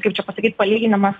kaip čia pasakyt palyginimas